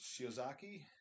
Shiozaki